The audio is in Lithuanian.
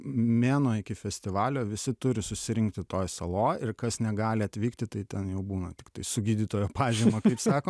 mėnuo iki festivalio visi turi susirinkti toj saloj ir kas negali atvykti tai ten jau būna tiktai su gydytojo pažyma kaip sako